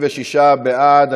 26 בעד,